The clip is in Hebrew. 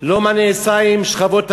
לא מה נעשה עם שכבות הביניים,